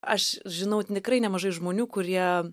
aš žinau tikrai nemažai žmonių kurie